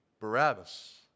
Barabbas